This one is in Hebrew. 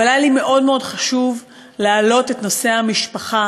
אבל היה לי מאוד מאוד חשוב להעלות את נושא המשפחה